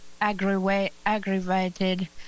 aggravated